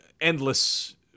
endless